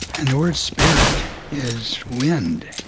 and the word spirit is wind.